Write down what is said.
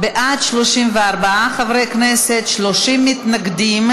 ושל חברי הכנסת תמר זנדברג,